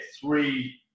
three